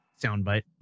soundbite